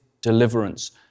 deliverance